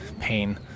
pain